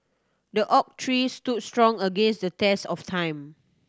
the oak tree stood strong against the test of time